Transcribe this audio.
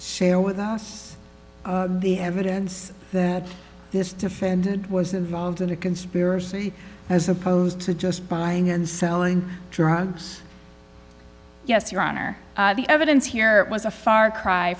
share with us the evidence that this defendant was involved in a conspiracy as opposed to just buying and selling drugs yes your honor the evidence here was a far cry